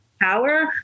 power